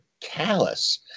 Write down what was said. callous